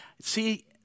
see